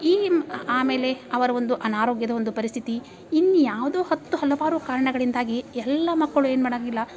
ಈ ಆಮೇಲೆ ಅವರ ಒಂದು ಅನಾರೋಗ್ಯದ ಒಂದು ಪರಿಸ್ಥಿತಿ ಇನ್ನೂ ಯಾವುದೋ ಹತ್ತು ಹಲವಾರು ಕಾರಣಗಳಿಂದಾಗಿ ಎಲ್ಲ ಮಕ್ಕಳು ಏನು ಮಾಡೋಂಗಿಲ್ಲ